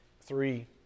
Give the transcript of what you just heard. three